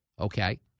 Okay